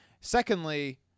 Secondly